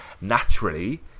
Naturally